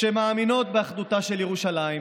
שמאמינות באחדותה של ירושלים.